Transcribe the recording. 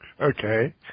Okay